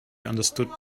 understood